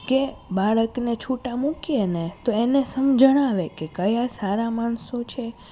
કે બાળકને છૂટાં મૂકીએ ને તો એને સમજણ આવે કે કયા સારા માણસો છે